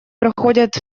проходят